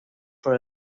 por